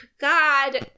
God